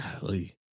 Golly